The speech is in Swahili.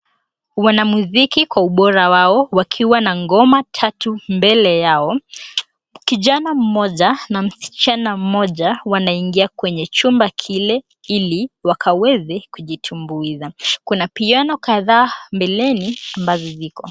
Wanamuziki kwa ubora wao wakiwa na ngoma tatu mbele yao. Kijana mmoja na msichana mmoja wanaingia kwenye chumba kile ili wakaweze kujitumbuiza. Kuna piano kadhaa mbeleni ambazo ziko.